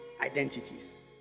identities